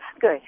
Good